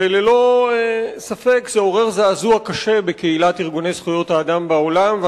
ועל כן ברור מדוע זה עורר זעזוע קשה בקהילת ארגוני זכויות האדם בעולם.